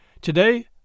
Today